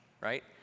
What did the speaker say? right